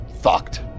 fucked